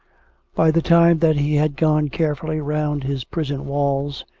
by the time that he had gone carefully round his prison walls,